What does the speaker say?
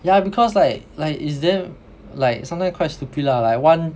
yeah because like like it's damn like sometimes quite stupid lah like one